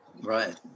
Right